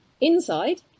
inside